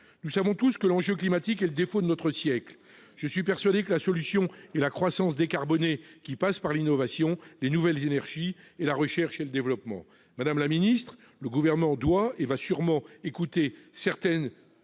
Nous savons tous que l'enjeu climatique est le défi de notre siècle. Je suis persuadé que la solution est la croissance décarbonée, qui passe par l'innovation, par les nouvelles énergies et par la recherche et le développement. Le Gouvernement doit et va sûrement écouter certaines des